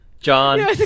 John